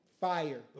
fire